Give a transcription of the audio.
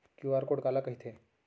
QR code काला कहिथे?